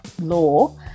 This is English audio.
law